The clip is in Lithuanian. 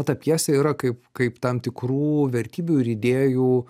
ta pjesė yra kaip kaip tam tikrų vertybių ir idėjų